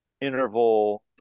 interval